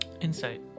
Insight